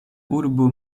urbo